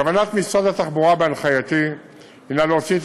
בכוונת משרד התחבורה בהנחייתי להוציא את